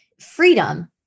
freedom